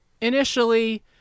Initially